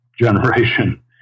generation